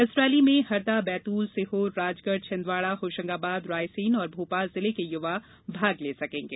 इस रैली में हरदा बैतूल सीहोर राजगढ़ छिंदवाड़ा होशंगाबाद रायसेन और भोपाल जिले के युवा भाग ले सकेंगे